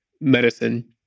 medicine